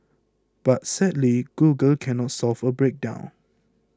but sadly Google cannot solve a breakdown